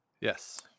yes